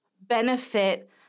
benefit